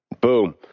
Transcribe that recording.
Boom